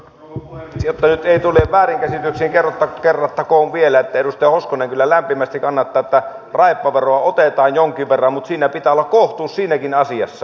jotta nyt ei tule väärinkäsityksiä kerrattakoon vielä että edustaja hoskonen kyllä lämpimästi kannattaa että raippaveroa otetaan jonkin verran mutta siinä pitää olla kohtuus siinäkin asiassa